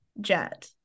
jet